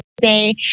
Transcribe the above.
today